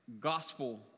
gospel